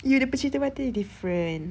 you the cermin mata different